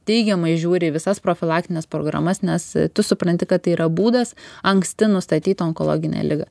teigiamai žiūri į visas profilaktines programas nes tu supranti kad tai yra būdas anksti nustatyt onkologinę ligą